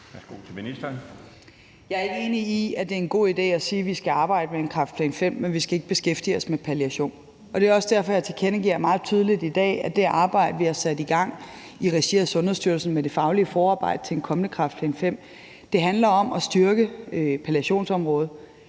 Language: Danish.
enig i, at det er en god idé at sige, at vi ikke skal beskæftige os med palliation i arbejdet med kræftplan V, og det er også derfor, jeg tilkendegiver meget tydeligt i dag, at det arbejde, vi har sat i gang i regi af Sundhedsstyrelsen med det faglige forarbejde til en kommende kræftplan V, handler om at styrke palliationsområdet.